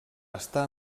està